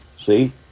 See